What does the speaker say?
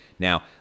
Now